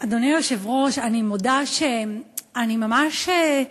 אדוני היושב-ראש, אני מודה שאני ממש,